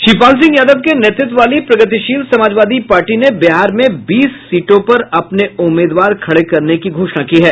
शिवपाल सिंह यादव के नेतृत्व वाली प्रगतिशील समाजवादी पार्टी ने बिहार में बीस सीटों पर अपने उम्मीदवार खड़े करने की घोषणा की है